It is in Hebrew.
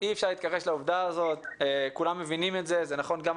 זה נכון גם